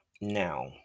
Now